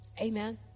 Amen